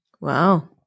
Wow